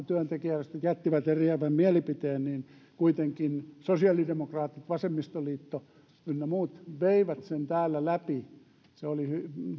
työntekijäjärjestöt jättivät eriävän mielipiteen niin kuitenkin sosiaalidemokraatit vasemmistoliitto ynnä muut veivät sen täällä läpi se oli